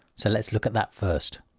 so let's look at that first.